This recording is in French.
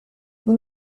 nous